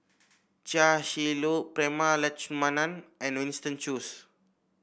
Chia Shi Lu Prema Letchumanan and Winston Choos